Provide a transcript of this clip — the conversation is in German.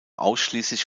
ausschließlich